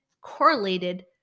correlated